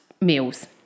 meals